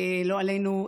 לא עלינו,